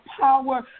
power